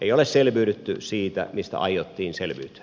ei ole selviydytty siitä mistä aiottiin selviytyä